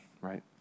right